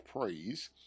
praise